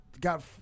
got